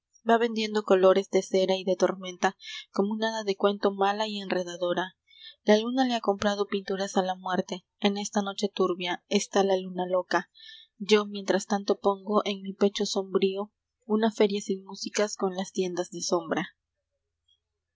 va vendiendo colores de cera y de tormenta como un hada de cuento mala y enredadora la luna le ha comprado pinturas a la muerte en esta noche turbia está la luna loca yo mientras tanto pongo en mi pecho sombrío una feria sin músicas con las tiendas de sombra